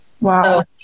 Wow